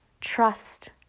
trust